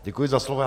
Děkuji za slovo.